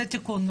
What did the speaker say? זה תיקון,